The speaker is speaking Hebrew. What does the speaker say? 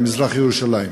במזרח-ירושלים.